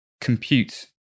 compute